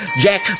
Jack